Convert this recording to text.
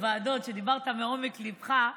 שבוועדות דיברת מעומק ליבך,